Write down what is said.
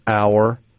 hour